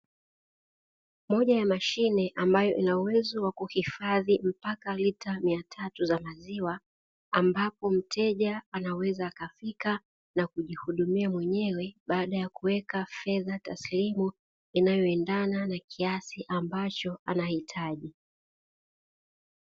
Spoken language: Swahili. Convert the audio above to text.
Moja ya mashine ambayo ina uwezo wa kuhifadhi mpaka lita mia tatu za maziwa, ambapo mteja anaweza akafika na kujihudumia mwenyewe baada ya kuweka fedha taslimu inayoendana na kiasi ambacho anahitaji.